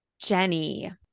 Jenny